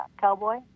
cowboy